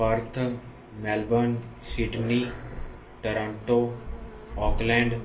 Perth Melbourne Sydney Toronto Auckland